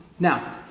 Now